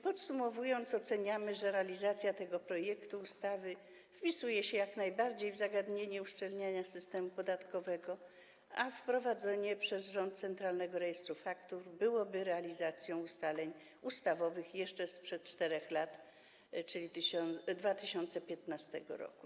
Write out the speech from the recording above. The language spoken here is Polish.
Podsumowując, oceniamy, że realizacja tego projektu ustawy jak najbardziej wpisuje się w zagadnienie uszczelniania systemu podatkowego, a wprowadzenie przez rząd Centralnego Rejestru Faktur byłoby realizacją ustaleń ustawowych jeszcze sprzed 4 lat, czyli z 2015 r.